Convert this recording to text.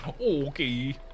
Okay